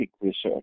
research